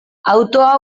autoa